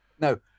No